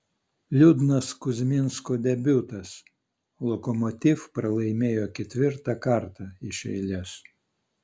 liūdnas kuzminsko debiutas lokomotiv pralaimėjo ketvirtą kartą iš eilės